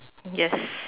yes